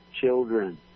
children